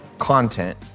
content